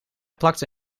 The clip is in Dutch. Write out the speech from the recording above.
plakte